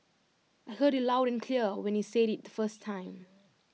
I heard you loud and clear when you said IT the first time